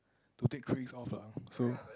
to take three weeks off lah so